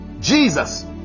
Jesus